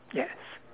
yes